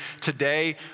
today